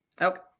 Okay